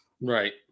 Right